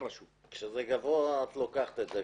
כשזה גבוה, את לוקחת את זה.